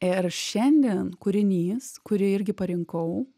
ir šiandien kūrinys kurį irgi parinkau